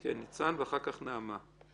ניצן, ואחר כך נעמה.